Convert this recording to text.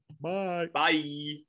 bye